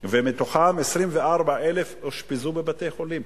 ומתוכם 24,000 אושפזו בבתי-חולים,